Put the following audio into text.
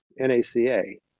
NACA